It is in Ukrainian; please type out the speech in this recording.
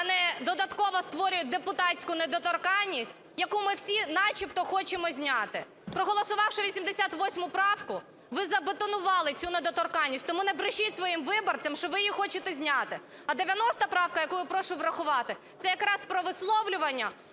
а не додатково створює депутатську недоторканність, яку ми всі начебто хочемо зняти. Проголосувавши 88 правку, ви забетонували цю недоторканність, тому не брешіть своїм виборцям, що ви хочете її зняти. А 90 правка, яку я прошу врахувати, це якраз про висловлювання